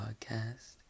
podcast